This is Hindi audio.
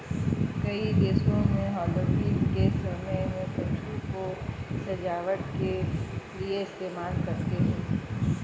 कई देशों में हैलोवीन के समय में कद्दू को सजावट के लिए इस्तेमाल करते हैं